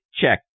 check